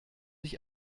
ich